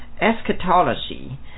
eschatology